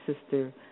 Sister